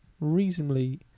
reasonably